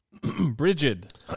Bridget